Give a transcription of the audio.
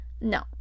No